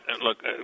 Look